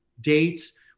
dates